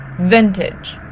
vintage